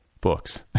books